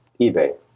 ebay